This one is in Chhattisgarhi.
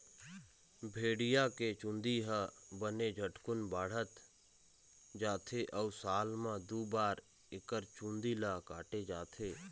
भेड़िया के चूंदी ह बने झटकुन बाढ़त जाथे अउ साल म दू बार एकर चूंदी ल काटे जाथे